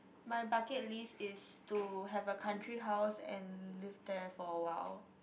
my bucket list is to have a country house and live there for a while